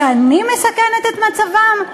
שאני מסכנת את מצבם?